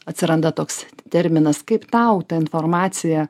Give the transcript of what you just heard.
atsiranda toks terminas kaip tau ta informacija